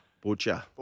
Butcher